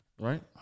Right